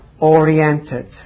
oriented